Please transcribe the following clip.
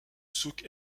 souk